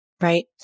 right